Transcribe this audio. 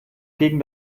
gegen